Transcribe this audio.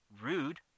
rude